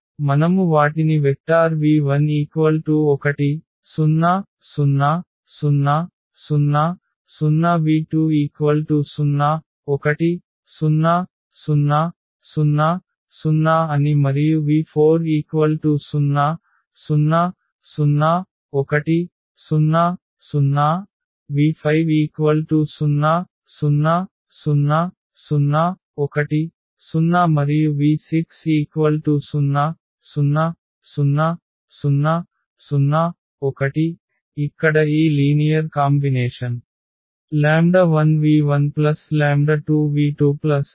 కాబట్టి మనము వాటిని వెక్టార్ v11 0 0 0 0 0 v20 1 0 0 0 0 అని మరియు v40 0 0 1 0 0 v50 0 0 0 1 0 మరియు v60 0 0 0 0 1 ఇక్కడ ఈ లీనియర్ కాంబినేషన్ 1v12v2nvn0